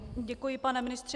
Děkuji, pane ministře.